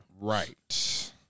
Right